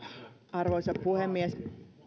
arvoisa puhemies